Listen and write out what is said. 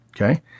Okay